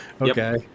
Okay